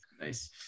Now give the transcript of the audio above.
Nice